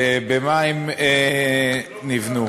במה הם נקנו.